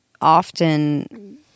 often